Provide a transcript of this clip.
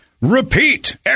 repeat